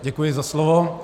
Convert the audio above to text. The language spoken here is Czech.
Děkuji za slovo.